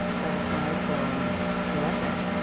right before high school, and we met there.